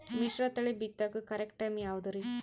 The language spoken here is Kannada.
ಮಿಶ್ರತಳಿ ಬಿತ್ತಕು ಕರೆಕ್ಟ್ ಟೈಮ್ ಯಾವುದರಿ?